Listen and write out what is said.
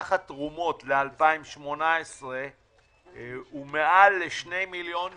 שסך התרומות ל-2018 הוא מעל 2.2 מיליון שקל.